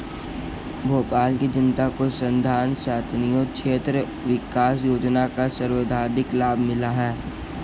भोपाल की जनता को सांसद स्थानीय क्षेत्र विकास योजना का सर्वाधिक लाभ मिला है